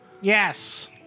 Yes